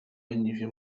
leniwie